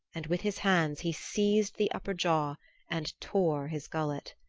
and with his hands he seized the upper jaw and tore his gullet.